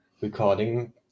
recording